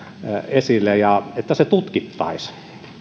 esille niin että se tutkittaisiin kun nyt